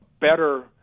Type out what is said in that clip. better